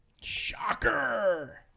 Shocker